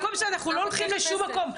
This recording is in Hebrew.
חוץ מזה, אנחנו לא הולכים לשום מקום.